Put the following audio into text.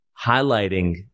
highlighting